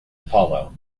apollo